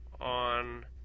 on